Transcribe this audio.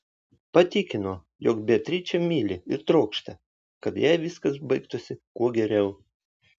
patikino jog beatričę myli ir trokšta kad jai viskas baigtųsi kuo geriau